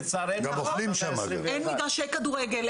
אין מגרשי כדורגל,